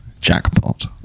jackpot